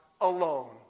alone